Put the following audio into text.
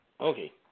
Okay